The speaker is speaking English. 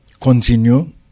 continue